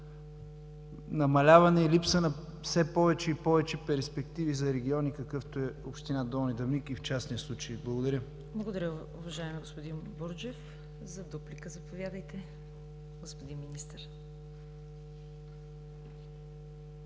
намаляване и липса на все повече и повече перспективи за региони, какъвто е община Долни Дъбник в частния случай. ПРЕДСЕДАТЕЛ ЦВЕТА КАРАЯНЧЕВА: Благодаря, уважаеми господин Бурджев. За дуплика, заповядайте, господин Министър.